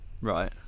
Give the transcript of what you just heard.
Right